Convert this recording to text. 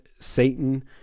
Satan